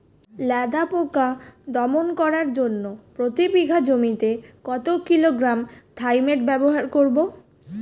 লেদা পোকা দমন করার জন্য প্রতি বিঘা জমিতে কত কিলোগ্রাম থাইমেট ব্যবহার করব?